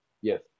yes